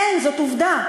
אין, זאת עובדה.